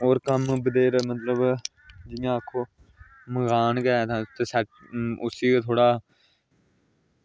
होर कम्म बड्डे मतलब जियां आक्खो मकान गै न इक्क सैट उसी थोह्ड़ा